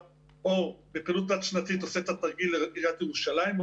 --- שבפעילות רב-שנתית היה עושה את התרגיל לעיריית ירושלים,